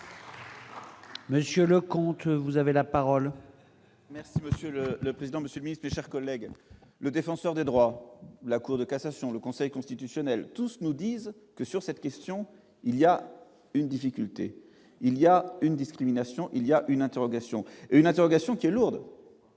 Monsieur Leconte, vous avez la parole.